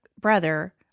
brother